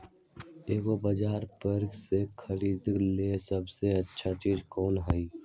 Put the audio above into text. एग्रिबाजार पर से खरीदे ला सबसे अच्छा चीज कोन हई?